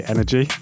Energy